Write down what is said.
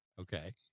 Okay